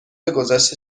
گذشته